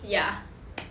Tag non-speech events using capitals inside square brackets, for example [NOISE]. ya [NOISE]